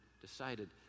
decided